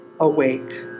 awake